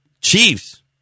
Chiefs